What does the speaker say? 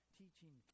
teaching